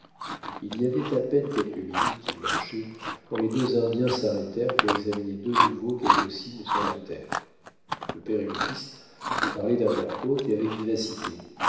il y avait à peine quelques minutes qu'ils marchaient quand les deux indiens s'arrêtèrent pour examiner de nouveau quelques signes sur la terre le père et le fils se parlaient à voix haute et avec vivacité